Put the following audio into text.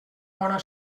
bona